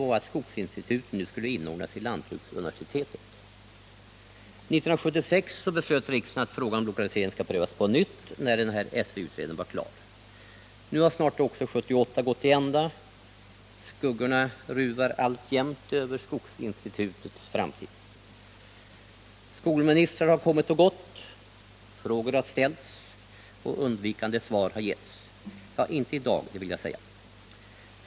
1977 var SÖ klar med sin utredning, och det enda verkligt nya som utredningen kom fram till var att skogsinstituten skulle inordnas under lantbruksuniversitetet. Nu har snart 1978 gått till ända. Skuggorna ruvar alltjämt över skogsinstitutens framtid. Skolministrar har kommit och gått. Frågor har ställts, och undvikande svar har givits — ja, inte i dag, det vill jag säga.